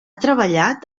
treballat